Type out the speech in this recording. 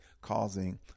causing